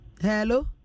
Hello